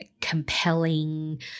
compelling